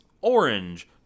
Orange